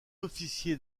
officier